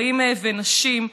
גברים ונשים,